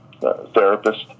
therapist